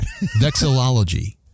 vexillology